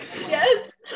yes